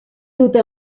dute